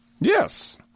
Yes